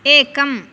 एकम्